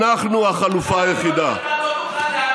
אנחנו החלופה היחידה.